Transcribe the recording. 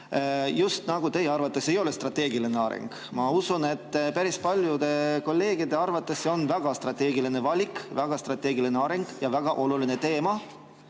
teema teie arvates just nagu ei ole strateegiline areng. Ma usun, et päris paljude kolleegide arvates see on väga strateegiline valik, väga strateegiline areng ja väga oluline teema,